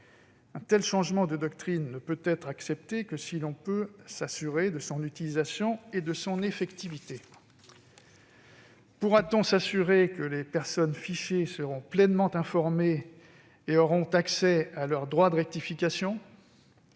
Un tel changement de doctrine ne peut être accepté que si l'on peut s'assurer de son utilisation et de son effectivité. Pourra-t-on s'assurer que les personnes fichées seront pleinement informées et pourront exercer leur droit de rectification ?